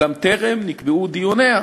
אולם טרם נקבעו דיוניה.